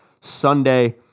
Sunday